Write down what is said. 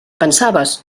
pensaves